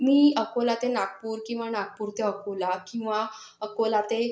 मी अकोला ते नागपूर किंवा नागपूर ते अकोला किंवा अकोला ते